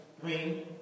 green